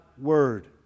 Word